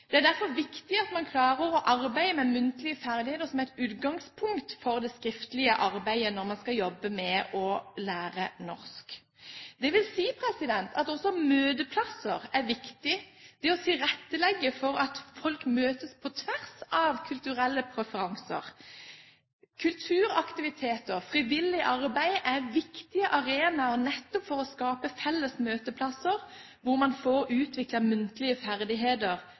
Det er derfor viktig at man klarer å arbeide med muntlige ferdigheter som et utgangspunkt for det skriftlige arbeidet når man skal jobbe med å lære norsk. Det vil si at også møteplasser er viktig, det å tilrettelegge for at folk møtes på tvers av kulturelle preferanser. Kulturaktiviteter og frivillig arbeid er viktige arenaer nettopp for å skape felles møteplasser hvor man får utviklet muntlige ferdigheter